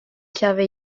chiave